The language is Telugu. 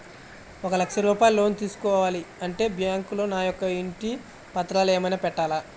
ఒక లక్ష రూపాయలు లోన్ తీసుకోవాలి అంటే బ్యాంకులో నా యొక్క ఇంటి పత్రాలు ఏమైనా పెట్టాలా?